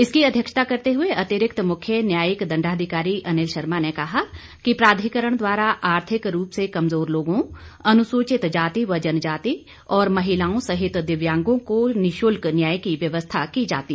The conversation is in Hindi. इसकी अध्यक्षता करते हुए अतिरिक्त मुख्य न्यायिक दण्डाधिकारी अनिल शर्मा ने कहा कि प्राधिकरण द्वारा आर्थिक रूप से कमजोर लोगों अनुसूचित जाति व जनजाति और महिलाओं सहित दिव्यांगों को निशुल्क न्याय की व्यवस्था की जाती है